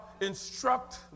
instruct